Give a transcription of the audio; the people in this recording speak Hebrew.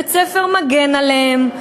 בית-הספר מגן עליהם,